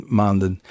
maanden